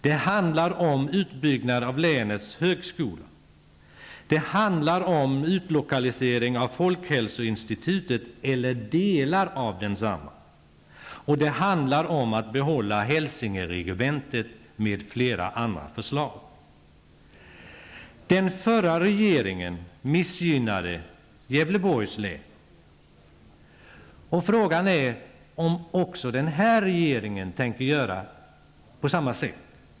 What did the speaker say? Det handlar om utbyggnad av länets högskola, om utlokalisering av folkhälsoinstitutet eller delar av det, och också om att behålla Hälsingeregementet, m.fl. andra förslag. Den förra regeringen missgynnade Gävleborgs län. Frågan är om denna regering tänker göra på samma sätt.